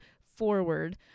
forward